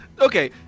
okay